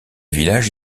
village